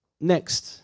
next